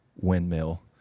windmill